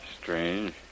strange